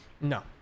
No